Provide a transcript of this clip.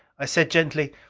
i said gently,